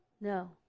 no